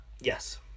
Yes